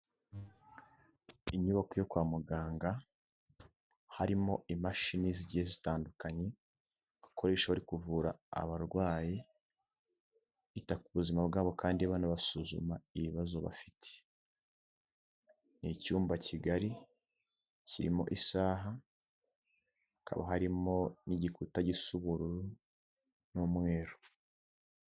Inyubako yo kwa muganga harimo imashini zigiye zitandukanye bakoresha bari kuvura abarwayi bita ku buzima bwabo kandi banasuzuma ibibazo bafite, ni icyumba kigari kirimo isaha hakaba harimo n'igikuta gisa ubururu n'umweru.